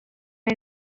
and